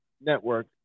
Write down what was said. Network